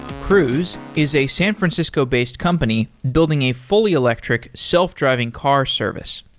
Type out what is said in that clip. cruise is a san francisco based company building a fully electric, self-driving car service.